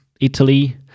Italy